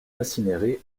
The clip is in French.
incinéré